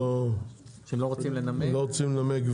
הם לא רוצים לנמק,